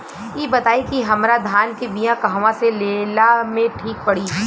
इ बताईं की हमरा धान के बिया कहवा से लेला मे ठीक पड़ी?